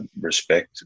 respect